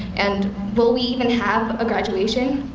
and will we even have a graduation?